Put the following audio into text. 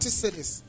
cities